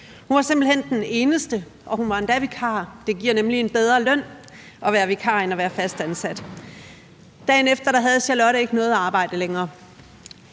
Hun var simpelt hen den eneste, og hun var endda vikar, for det giver nemlig en bedre løn at være vikar end at være fastansat. Dagen efter havde Charlotte ikke noget arbejde længere.